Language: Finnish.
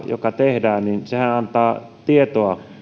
joka tehdään antaa tietoa